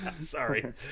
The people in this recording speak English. Sorry